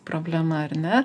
problema ar ne